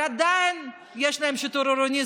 אבל עדיין יש להן שיטור עירוני.